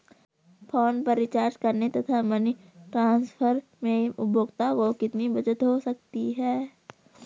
Phone पर recharge करने तथा मनी ट्रांसफर में उपभोक्ता को कितनी बचत हो सकती है?